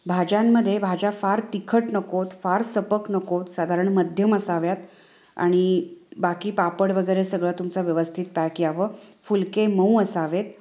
भाज्यांमध्ये भाज्या फार तिखट नकोत फार सपक नकोत साधारण मध्यम असाव्यात आणि बाकी पापड वगैरे सगळं तुमचं व्यवस्थित पॅक यावं फुलके मऊ असावेत